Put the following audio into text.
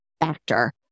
Factor